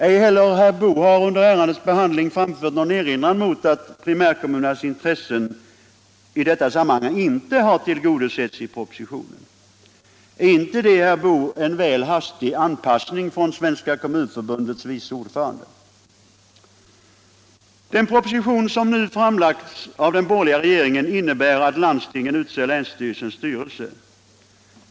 Ej heller har herr Boo under ärendets behandling framfört någon erinran mot att primärkommunernas intressen i detta sammanhang inte har tillgodosetts i propositionen. Är inte det, herr Boo, en väl hastig anpassning från Svenska kommunförbundets vice ordförande? att landstinget utser länsstyrelsens styrelse.